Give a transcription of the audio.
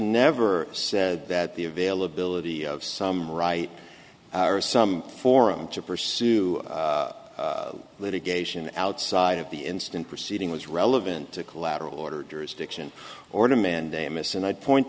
never said that the availability of some right or some forum to pursue litigation outside of the instant proceeding was relevant to collateral order jurisdiction order mandamus and i'd point